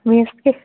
ꯃꯦꯠꯁꯀꯤ